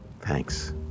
Thanks